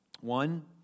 One